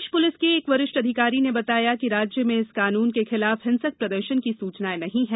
प्रदेश police के एक वरिष्ठ अधिकारी ने बताया कि राज्य में इस कानून के खिलाफ हिंसक प्रदर्शन की सूचनाएं नहीं हैं